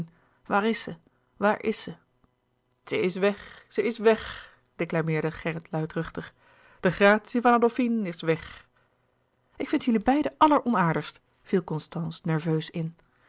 waar is ze waar is ze ze is weg ze is weg declameerde gerrit luidruchtig de gratie van adolfine is weg ik vind jullie beiden alleronaardigst viel constance nerveus in